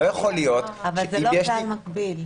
אבל זה לא כלל מקביל.